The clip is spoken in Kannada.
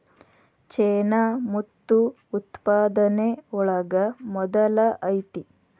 ಚೇನಾ ಮುತ್ತು ಉತ್ಪಾದನೆ ಒಳಗ ಮೊದಲ ಐತಿ